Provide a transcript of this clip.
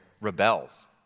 rebels